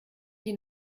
die